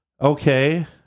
okay